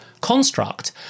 construct